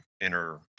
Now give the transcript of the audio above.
inner